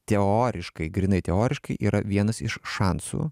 teoriškai grynai teoriškai yra vienas iš šansų